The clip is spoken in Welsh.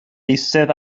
eistedd